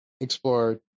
explore